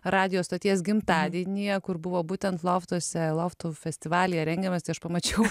radijo stoties gimtadienyje kur buvo būtent loftuose loftų festivalyje rengiamas tai aš pamačiau